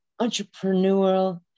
entrepreneurial